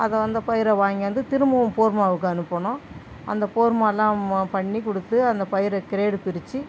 அதை அந்த பயிரை வாங்கியாந்து திரும்பவும் போர்மாவுக்கு அனுப்பணும் அந்த போர்மலாம் பண்ணி கொடுத்து அந்த பயிரை கிரேடு பிரித்து